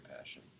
passion